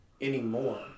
anymore